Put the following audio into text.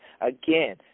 Again